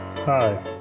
Hi